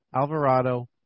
Alvarado